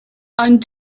ond